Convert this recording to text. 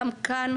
גם כאן,